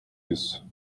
isso